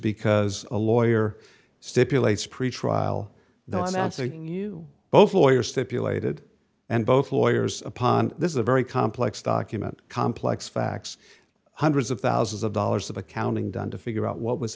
because a lawyer stipulates pretrial the answer you both lawyers stipulated and both lawyers upon this is a very complex document complex facts hundreds of thousands of dollars of accounting done to figure out what was